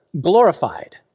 glorified